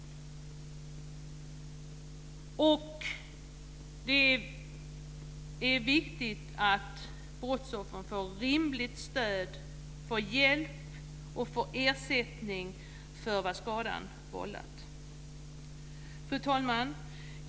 Det är viktigt att brottsoffren får rimligt stöd och hjälp och får ersättning för vad skadan har vållat. Fru talman!